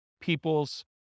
people's